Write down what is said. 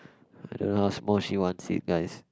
I don't know how small she wants it guys